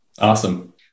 Awesome